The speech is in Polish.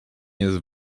jest